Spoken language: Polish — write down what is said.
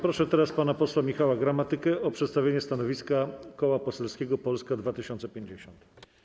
Proszę pana posła Michała Gramatykę o przedstawienie stanowiska Koła Parlamentarnego Polska 2050.